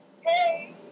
Hey